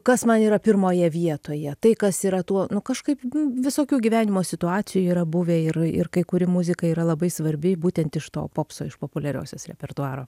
kas man yra pirmoje vietoje tai kas yra tuo nu kažkaip visokių gyvenimo situacijų yra buvę ir ir kai kuri muzika yra labai svarbi būtent iš to popso iš populiariosios repertuaro